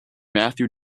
matthew